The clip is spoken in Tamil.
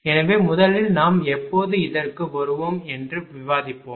எனவே முதலில் நாம் எப்போது இதற்கு வருவோம் என்று விவாதிப்போம்